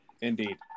indeed